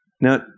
Now